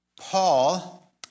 Paul